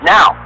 Now